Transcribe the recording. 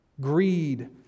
greed